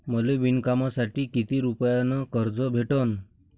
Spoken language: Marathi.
मले विणकामासाठी किती रुपयानं कर्ज भेटन?